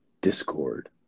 discord